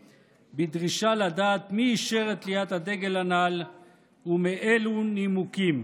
בדרישה לדעת מי אישר את תליית הדגל הנ"ל ומאילו נימוקים,